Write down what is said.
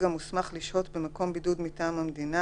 המוסמך לשהות במקום בידוד מטעם המדינה,